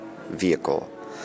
vehicle